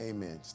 Amen